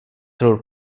tror